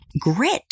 grit